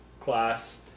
class